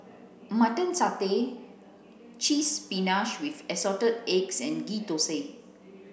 mutton satay spinach with assorted eggs and Ghee Thosai